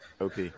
op